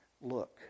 look